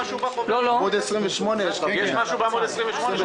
בעמ' 28 יש פנייה.